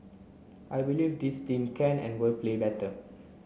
I believe this team can and will play better